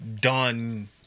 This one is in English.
done